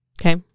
Okay